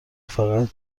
فقط